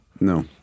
No